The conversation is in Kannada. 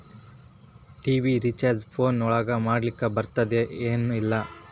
ಟಿ.ವಿ ರಿಚಾರ್ಜ್ ಫೋನ್ ಒಳಗ ಮಾಡ್ಲಿಕ್ ಬರ್ತಾದ ಏನ್ ಇಲ್ಲ?